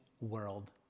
world